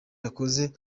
yakoze